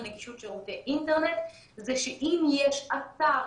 אני יודעת שאת לא אמרת.